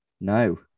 No